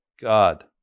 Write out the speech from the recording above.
God